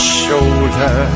shoulder